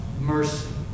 mercy